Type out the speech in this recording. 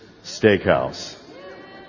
Steakhouse